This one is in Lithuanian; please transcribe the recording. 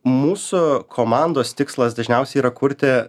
mūsų komandos tikslas dažniausiai yra kurti